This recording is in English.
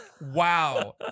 wow